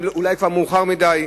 ואולי כבר מאוחר מדי.